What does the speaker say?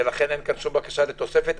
ולכן אין כאן שום בקשה לתוספת.